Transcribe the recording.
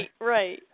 right